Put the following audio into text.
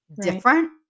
different